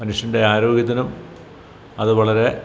മനുഷ്യൻ്റെ ആരോഗ്യത്തിനും അത് വളരെ